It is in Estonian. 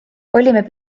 olime